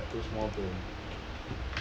uh map too small bro